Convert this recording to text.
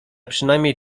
przynajmniej